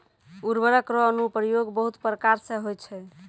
उर्वरक रो अनुप्रयोग बहुत प्रकार से होय छै